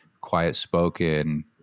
quiet-spoken